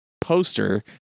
poster